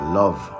love